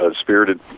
spirited